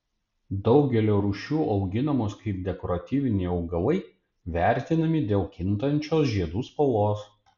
daugelio rūšių auginamos kaip dekoratyviniai augalai vertinami dėl kintančios žiedų spalvos